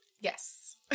Yes